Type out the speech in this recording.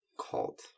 Called